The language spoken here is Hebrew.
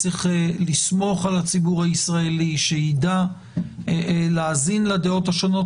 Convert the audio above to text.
צריך לסמוך על הציבור הישראלי שיידע להאזין לדעות השונות,